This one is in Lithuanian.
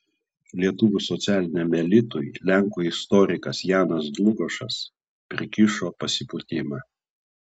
lietuvių socialiniam elitui lenkų istorikas janas dlugošas prikišo pasipūtimą